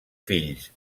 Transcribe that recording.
fills